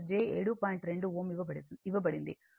కాబట్టి ఇది 6 j 8Ω వస్తుంది